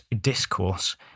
discourse